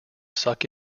suck